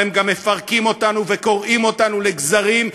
אבל הם גם מפרקים אותנו וקורעים אותנו לגזרים.